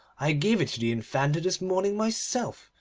i gave it to the infanta this morning myself,